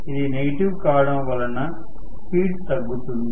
ఇది నెగిటివ్ కావడం వలన స్పీడు తగ్గుతుంది